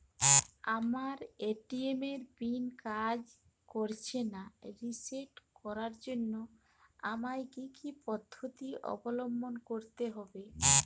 আমার এ.টি.এম এর পিন কাজ করছে না রিসেট করার জন্য আমায় কী কী পদ্ধতি অবলম্বন করতে হবে?